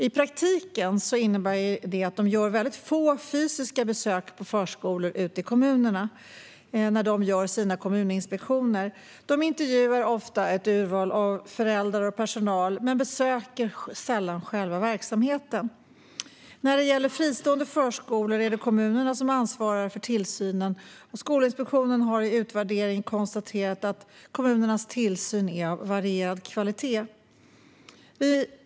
I praktiken innebär det att de gör få fysiska besök på förskolor vid sina kommuninspektioner. De intervjuar ofta ett urval av föräldrar och personal men besöker sällan själva verksamheten. När det gäller fristående förskolor är det kommunerna som ansvarar för tillsynen. Skolinspektionen har i utvärderingar konstaterat att kommunernas tillsyn är av varierande kvalitet.